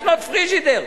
לקנות פריג'ידר.